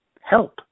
Help